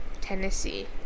Tennessee